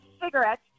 cigarettes